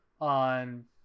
on